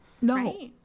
No